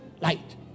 light